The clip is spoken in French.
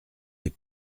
les